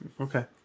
Okay